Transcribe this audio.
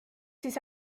siis